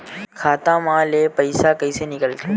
खाता मा ले पईसा कइसे निकल थे?